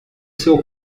seu